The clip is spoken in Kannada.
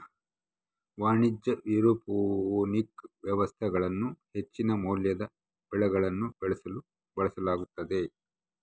ವಾಣಿಜ್ಯ ಏರೋಪೋನಿಕ್ ವ್ಯವಸ್ಥೆಗಳನ್ನು ಹೆಚ್ಚಿನ ಮೌಲ್ಯದ ಬೆಳೆಗಳನ್ನು ಬೆಳೆಸಲು ಬಳಸಲಾಗ್ತತೆ